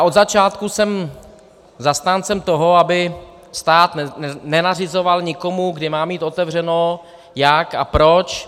Od začátku jsem zastáncem toho, aby stát nenařizoval nikomu, kdy má mít otevřeno, jak a proč.